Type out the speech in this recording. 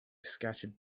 scattered